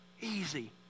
Easy